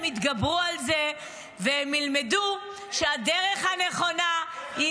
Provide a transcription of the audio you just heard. הם יתגברו על זה והם ילמדו שהדרך הנכונה -- איך לטפל?